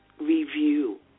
review